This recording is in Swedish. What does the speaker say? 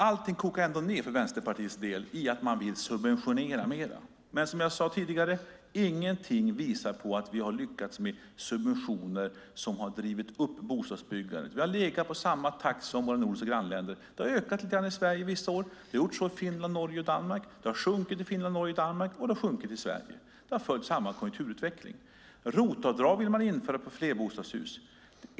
Allting kokar för Vänsterpartiets del ändå ned i att man vill subventionera mer. Som jag sade tidigare finns det ingenting som visar på att vi har lyckats med subventioner som har drivit upp bostadsbyggandet. Vi har legat på samma takt som i våra nordiska grannländer. Det har ökat lite grann i Sverige vissa år, och det har gjort så i Finland, Norge och Danmark. Det har sjunkit i Finland, Norge och Danmark, och det har sjunkit i Sverige. Det har följt samma konjunkturutveckling. Man vill införa ROT-avdrag för flerbostadshus.